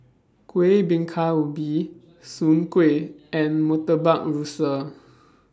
Kueh Bingka Ubi Soon Kueh and Murtabak Rusa